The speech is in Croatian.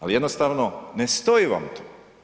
Ali, jednostavno ne stoji vam to.